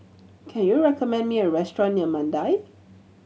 can you recommend me a restaurant near Mandai